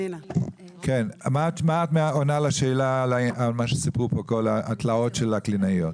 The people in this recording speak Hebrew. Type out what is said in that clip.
מה את עונה על מה שסיפרו כאן לגבי התלאות של הקלינאיות?